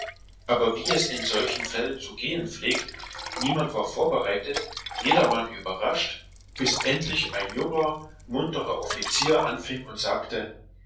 aber wie es in solchen fällen zu gehen pflegt niemand war vorbereitet jedermann überrascht bis endlich ein junger munterer offizier anfing und sagte